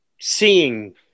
seeing